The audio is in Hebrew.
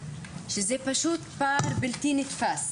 שזה פער בלתי נתפס.